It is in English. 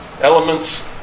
elements